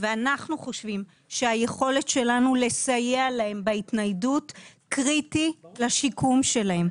ואנחנו חושבים שהיכולת שלנו לסייע להם בהתניידות קריטית לשיקום שלהם.